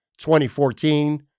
2014